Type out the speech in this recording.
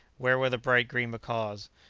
where were the bright green macaws?